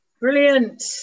Brilliant